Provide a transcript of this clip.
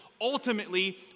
ultimately